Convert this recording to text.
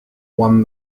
won